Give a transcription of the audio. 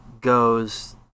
goes